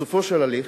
בסופו של ההליך,